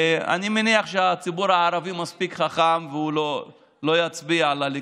אני מניח שהציבור הערבי מספיק חכם והוא לא יצביע לליכוד.